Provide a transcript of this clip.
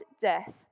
death